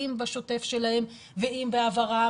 אם בשוטף שלהם ואם בעברם,